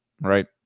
right